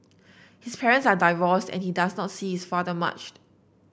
his parents are divorced and he does not see his father much